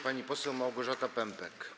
Pani poseł Małgorzata Pępek.